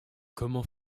comment